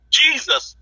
jesus